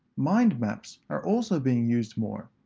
mind maps are also being used more,